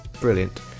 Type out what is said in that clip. brilliant